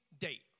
date